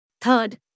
Third